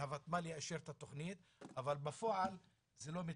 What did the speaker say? והוותמ"ל יאשר את התכנית אבל בפועל זה לא מתקדם.